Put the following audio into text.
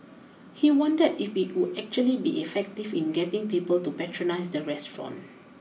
he wondered if it would actually be effective in getting people to patronise the restaurant